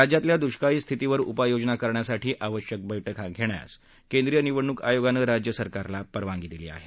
राज्यातल्या द्ष्काळी स्थितीवर उपाययोजना करण्यासाठी आवश्यक बैठका घेण्यास केंद्रीय निवडणूक आयोगानं राज्य सरकारला परवानगी दिली आहे